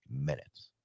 minutes